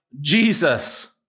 Jesus